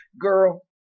Girl